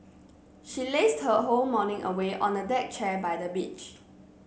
she lazed her whole morning away on a deck chair by the beach